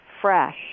fresh